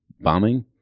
bombing